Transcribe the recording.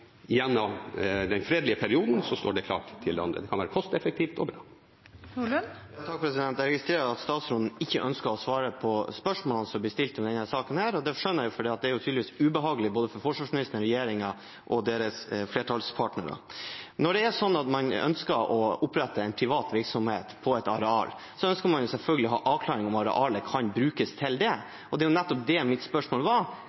gjennom den tredje perioden, så står det klart til andre. Det kan være kostnadseffektivt og bra. Willfred Nordlund – til oppfølgingsspørsmål. Jeg registrerer at statsråden ikke ønsker å svare på spørsmålene som blir stilt om denne saken, og det skjønner jeg, for det er tydeligvis ubehagelig for både forsvarsministeren, regjeringen og deres flertallspartnere. Når man ønsker å opprette en privat virksomhet på et areal, ønsker man selvfølgelig å ha avklaringer om arealet kan brukes til det. Det var